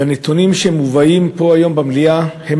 והנתונים שמובאים פה היום במליאה הם